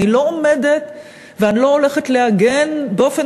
אני לא עומדת ואני לא הולכת להגן באופן